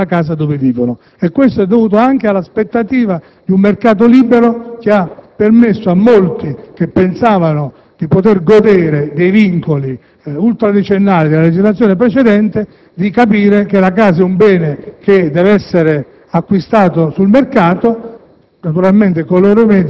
della prima abitazione, cioè della casa in cui vivono. Ciò è dovuto anche all'aspettativa di un mercato libero, che ha permesso a molti che pensavano di poter godere di vincoli ultradecennali della legislazione precedente di capire che la casa è un bene che deve essere acquistato sul mercato.